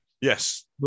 Yes